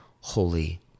holy